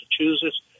Massachusetts